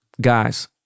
guys